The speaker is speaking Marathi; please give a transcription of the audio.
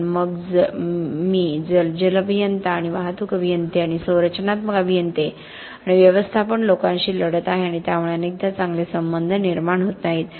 पण मग मी जल अभियंता आणि वाहतूक अभियंते आणि संरचनात्मक अभियंते आणि व्यवस्थापन लोकांशी लढत आहे आणि त्यामुळे अनेकदा चांगले संबंध निर्माण होत नाहीत